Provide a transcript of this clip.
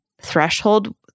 threshold